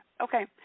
Okay